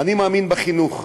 אני מאמין בחינוך.